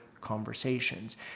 conversations